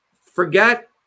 forget